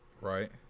Right